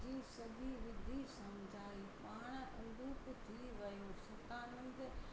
जी सॼी विधि सम्झाई पाण अलूप थी वियो शतानंद